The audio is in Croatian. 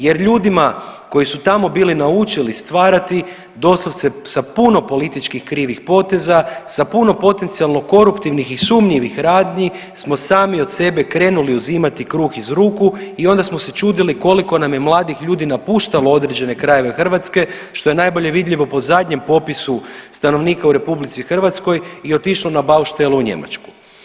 Jer ljudima koji su tamo bili naučili stvarati doslovce sa puno političkih krivih poteza, sa puno potencijalno koruptivnih i sumnjivih radnji smo sami od sebe krenuli uzimati kruh iz ruku i onda smo se čudili koliko nam je mladih ljudi napuštalo određene krajeve Hrvatske što je najbolje vidljivo po zadnjem popisu stanovnika u RH i otišlo na bauštelu u Njemačku.